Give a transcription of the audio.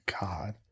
God